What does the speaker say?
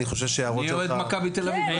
אני אוהד מכבי תל-אביב.